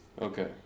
Okay